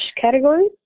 category